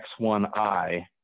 X1i